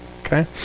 Okay